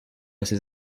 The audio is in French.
ces